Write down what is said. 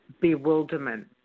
bewilderment